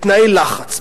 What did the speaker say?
בתנאי לחץ,